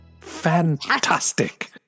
Fantastic